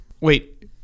Wait